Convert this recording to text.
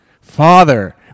Father